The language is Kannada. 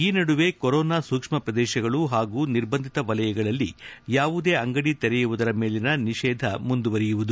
ಈ ನಡುವೆ ಕೊರೋನಾ ಸೂಕ್ಷ್ಣ ಪ್ರದೇಶಗಳು ಹಾಗೂ ನಿರ್ಬಂಧಿತ ವಲಯಗಳಲ್ಲಿ ಯಾವುದೇ ಅಂಗಡಿ ತೆರೆಯುವುದರ ಮೇಲಿನ ನಿಷೇಧ ಮುಂದುವರಿಯುವುದು